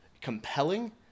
compelling